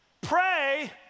Pray